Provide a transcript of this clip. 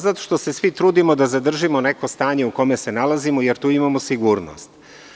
Zato što se svi trudimo da zadržimo neko stanje u kome se nalazimo, jer tu imamo sigurnost.